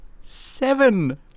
seven